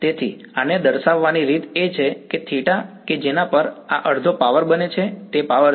તેથી આને દર્શાવવાની રીત એ છે કે થિટા કે જેના પર આ અડધો પાવર બને છે તે પાવર છે